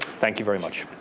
thank you very much.